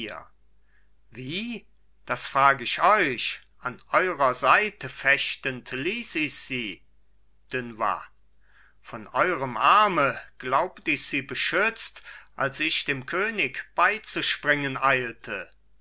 das frag ich euch an eurer seite fechtend ließ ich sie dunois von eurem arme glaubt ich sie beschützt als ich dem könig beizuspringen eilte